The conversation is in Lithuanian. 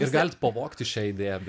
ir galit pavogti šią idėją